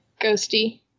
ghosty